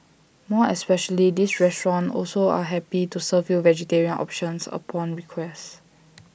more especially this restaurant also are happy to serve you vegetarian options upon request